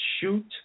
shoot